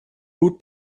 gut